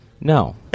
No